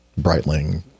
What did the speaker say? Breitling